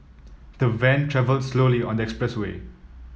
the van travelled slowly on expressway